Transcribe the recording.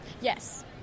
Yes